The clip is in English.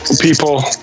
people